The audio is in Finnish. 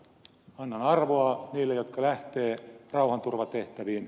annan arvoa niille jotka lähtevät rauhanturvatehtäviin